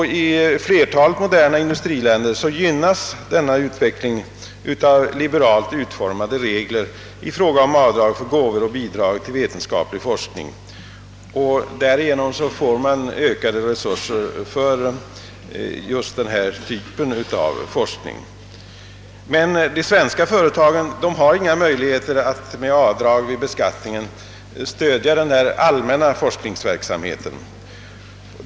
I flertalet moderna industriländer gynnas denna utveckling av liberalt utformade regler om avdrag för gåvor och bidrag till vetenskaplig forskning. Därigenom ges ökade resurser för just denna typ av forskning. Men de svenska företagen har inga möjligheter att genom avdrag vid beskattningen stödja denna allmänna forskningsverksamhet.